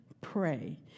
pray